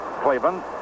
Cleveland